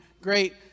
great